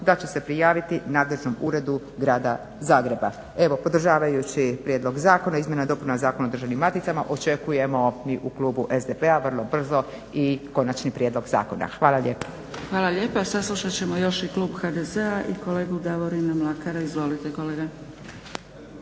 da će se prijaviti nadležnom uredu grada Zagreba. Evo, podržavajući prijedlog Zakona o izmjenama i dopunama Zakona o državnim maticama očekujemo mi u klubu SDP-a vrlo brzo i konačni prijedlog zakona. Hvala lijepa. **Zgrebec, Dragica (SDP)** Hvala lijepa. Saslušat ćemo još i klub HDZ-a i kolegu Davorina Mlakara. Izvolite kolega.